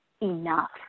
enough